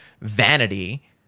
vanity